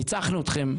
ניצחנו אתכם.